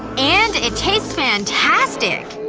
and it tastes fantastic.